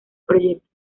proyectos